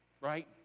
Right